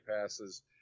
passes